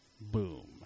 Boom